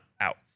out